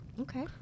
Okay